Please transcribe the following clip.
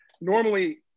Normally